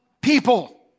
people